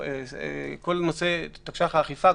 כל נושא תקש"ח האכיפה,